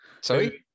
Sorry